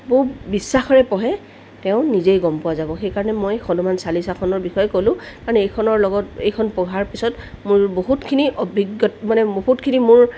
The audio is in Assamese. বহুত বিশ্বাসেৰে পঢ়ে তেওঁ নিজেই গম পোৱা যাব সেই কাৰণে মই হনুমান চালিচাখনৰ বিষয়ে ক'লোঁ কাৰণ এইখনৰ লগত এইখন পঢ়াৰ পিছত মোৰ বহুতখিনি অভিজ্ঞতা মানে বহুতখিনি মোৰ